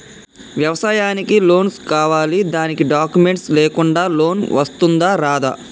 వ్యవసాయానికి లోన్స్ కావాలి దానికి డాక్యుమెంట్స్ లేకుండా లోన్ వస్తుందా రాదా?